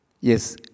Yes